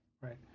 right